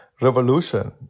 revolution